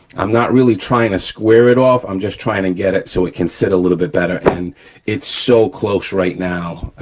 i'm not really trying to square it off, i'm just trying to get it, so we can sit a little bit better, and it's so close right now, i